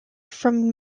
from